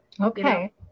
Okay